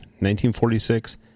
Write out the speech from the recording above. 1946